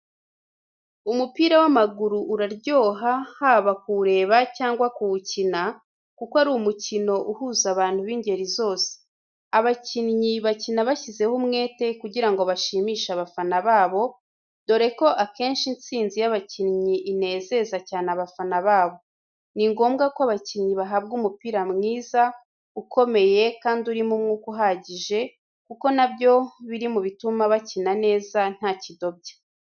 Umupira w’amaguru uraryoha, haba kuwureba cyangwa kuwukina, kuko ari umukino uhuza abantu b’ingeri zose. Abakinnyi bakina bashyizeho umwete kugira ngo bashimishe abafana babo, dore ko akenshi intsinzi y’abakinnyi inezeza cyane abafana babo. Ni ngombwa ko abakinnyi bahabwa umupira mwiza, ukomeye kandi urimo umwuka uhagije, kuko na byo biri mu bituma bakina neza nta kidobya.